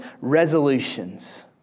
resolutions